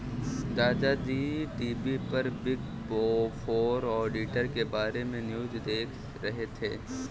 दादा जी टी.वी पर बिग फोर ऑडिटर के बारे में न्यूज़ देख रहे थे